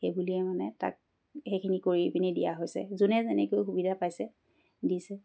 সেইবুলিয়ে মানে তাক সেইখিনি কৰি পিনি দিয়া হৈছে যোনে যেনেকৈ সুবিধা পাইছে দিছে